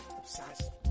Obsessed